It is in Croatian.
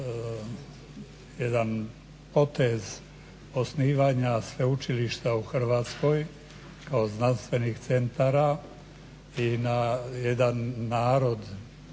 jedan potez osnivanja sveučilišta u Hrvatskoj kao znanstvenih centara i na jedan narod,